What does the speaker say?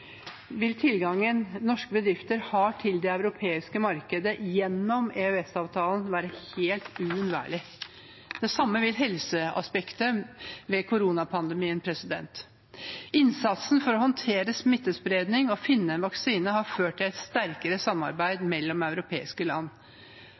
vil tilgangen norske bedrifter har til det europeiske markedet gjennom EØS-avtalen, være helt uunnværlig. Det samme vil helseaspektet ved koronapandemien. Innsatsen for å håndtere smittespredningen og finne en vaksine har ført til et sterkere samarbeid